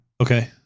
Okay